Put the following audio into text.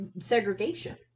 segregation